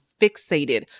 fixated